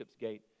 Gate